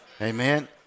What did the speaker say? Amen